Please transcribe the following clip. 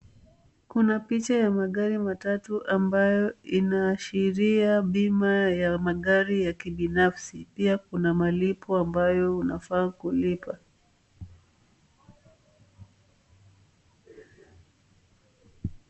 Kuna picha ya magari matatu ambayo inaashiria bima ya magari ya kibinafsi pia kuna malipo ambayo unafaa kulipa.